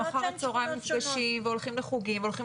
הם אחרי הצהריים נפגשים והולכים לחוגים והולכים